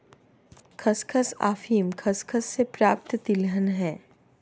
खसखस अफीम खसखस से प्राप्त तिलहन है